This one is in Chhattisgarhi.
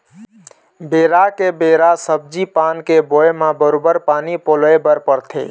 बेरा के बेरा सब्जी पान के बोए म बरोबर पानी पलोय बर परथे